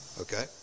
okay